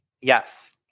yes